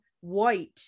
white